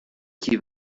qui